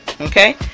okay